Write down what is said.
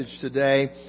today